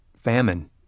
famine